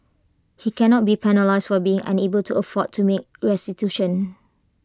he cannot be penalised for being unable to afford to make restitution